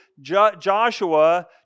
Joshua